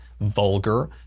vulgar